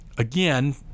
Again